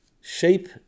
shape